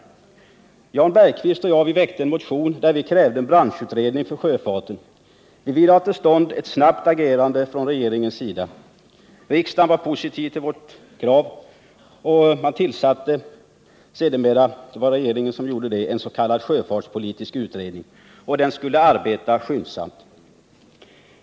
Jan Bergqvist och jag väckte en motion, där vi krävde en branschutredning för sjöfarten. Vi ville ha till stånd ett snabbt agerande från regeringens sida. Riksdagen var positiv till vårt krav, och regeringen tillsatte sedermera en s.k. sjöfartspolitisk utredning, som skulle arbeta skyndsamt.